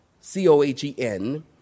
C-O-H-E-N